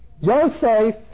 Yosef